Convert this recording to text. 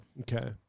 Okay